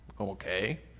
okay